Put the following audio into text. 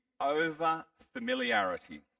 over-familiarity